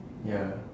ya